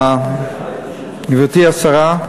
גברתי השרה,